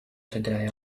today